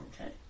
Okay